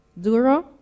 Dura